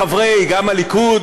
גם מחברי הליכוד,